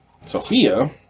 Sophia